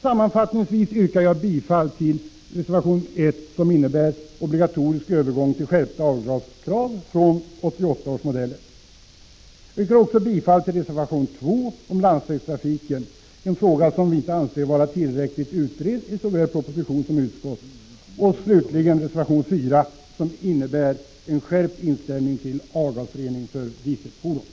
Sammanfattningsvis yrkar jag bifall till reservation 1 till jordbruksutskottets betänkande 11, vari föreslås obligatorisk övergång till skärpta avgasreningskrav från 1988 års bilmodeller. Jag yrkar också bifall till reservation 2 om landsvägstrafiken, en fråga som vi inte anser vara tillräckligt utredd i propositionen eller av utskottet. Jag yrkar slutligen bifall till reservation 4, som innebär en skärpt inställning till avgasrening för dieselfordon.